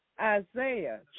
Isaiah